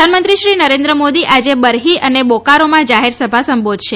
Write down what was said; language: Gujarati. પ્રધાનમંત્રી શ્રી નરેન્દ્ર મોદી આજે બરહી અને બોકારોમાં જાહેર સભા સંબોધશે